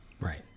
right